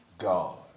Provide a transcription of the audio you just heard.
God